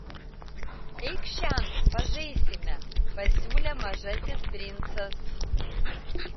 eikš šen pažaisime pasiūlė mažasis princas